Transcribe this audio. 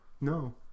No